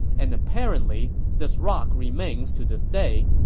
and apparently this rock remains to this day.